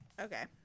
okay